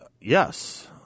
Yes